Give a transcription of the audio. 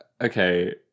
Okay